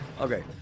Okay